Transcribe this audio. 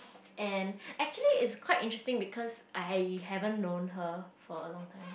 and actually it's quite interesting because I haven't known her for a long time